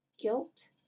guilt